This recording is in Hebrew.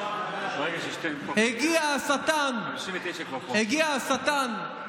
הגיע השטן וקטרג.